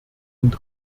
und